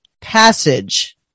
passage